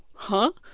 huh?